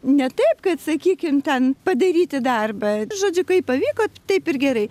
ne taip kad sakykim ten padaryti darbą žodžiu kaip pavyko taip ir gerai